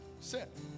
Sit